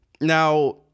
Now